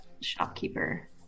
shopkeeper